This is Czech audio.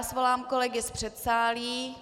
Svolám kolegy z předsálí.